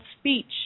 speech